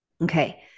Okay